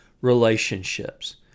relationships